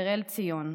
אראל ציון.